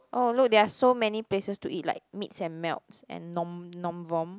oh look there are so many places to eat like mix and melts and nom nom vom